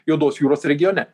juodos jūros regione